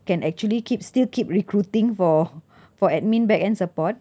can actually keep still keep recruiting for for admin backend support